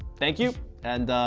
thank you and